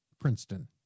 Princeton